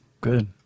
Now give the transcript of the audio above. Good